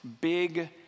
big